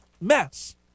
mess